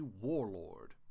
warlord